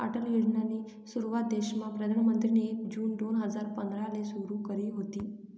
अटल योजनानी सुरुवात देशमा प्रधानमंत्रीनी एक जून दोन हजार पंधराले सुरु करी व्हती